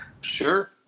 sure